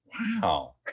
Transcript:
Wow